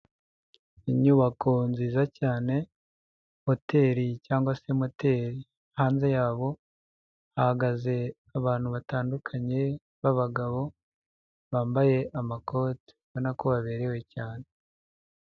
Inyubako nziza cyane, hoteli cyangwa se moteri, hanze yabo hagaze abantu batandukanye b'abagabo, bambaye amakoti, ubonako baberewe cyane.